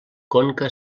conca